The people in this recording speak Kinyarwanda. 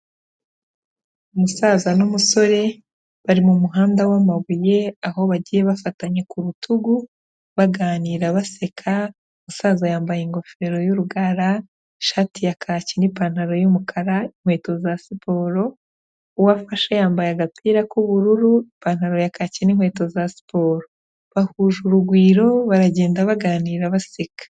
Umusaza n'umusore bari mu muhanda w'amabuye, aho bagiye bafatanye ku rutugu baganira baseka, umusaza yambaye ingofero y'urugara, ishati ya kaki n'ipantaro y'umukara, inkweto za siporo, uwo afashe yambaye agapira k'ubururu, ipantaro ya kaki inkweto za siporo, bahuje urugwiro baragenda baganira baseka.